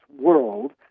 world